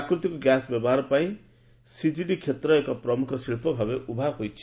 ପ୍ରାକୃତିକ ଗ୍ୟାସ୍ ବ୍ୟବହାର ପାଇଁ ସିଜିଡି କ୍ଷେତ୍ର ଏକ ପ୍ରମୁଖ ଶିଳ୍ପ ଭାବେ ଉଭା ହୋଇଛି